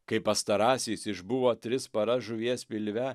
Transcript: kai pastarasis išbuvo tris paras žuvies pilve